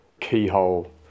keyhole